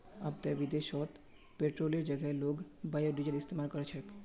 अब ते विदेशत पेट्रोलेर जगह लोग बायोडीजल इस्तमाल कर छेक